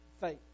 faith